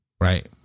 right